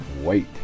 wait